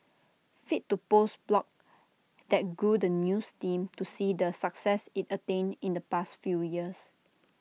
fit to post blog that grew the news team to see the success IT attained in the past few years